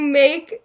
make